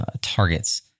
targets